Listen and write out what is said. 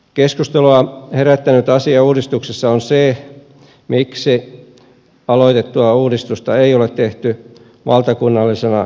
keskustelua herättänyt asia uudistuksessa on se miksi aloitettua uudistusta ei ole tehty valtakunnallisena kokonaisuutena